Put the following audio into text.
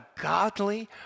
godly